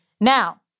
Now